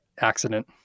accident